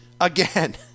Again